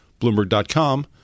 Bloomberg.com